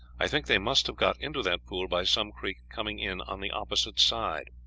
i think they must have got into that pool by some creek coming in on the opposite side.